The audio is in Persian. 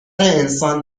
انسان